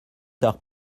tard